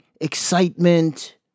excitement